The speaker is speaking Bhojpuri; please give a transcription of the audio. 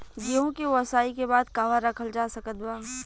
गेहूँ के ओसाई के बाद कहवा रखल जा सकत बा?